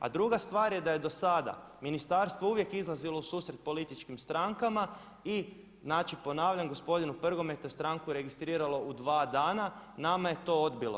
A druga stvar je da je dosada ministarstvo uvijek izlazilo u susret političkim strankama i znači ponavljam gospodinu Prgometu stranku je registriralo u dva dana, nama je to odbilo.